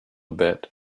bit